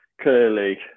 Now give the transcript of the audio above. clearly